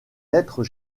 lettres